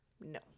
no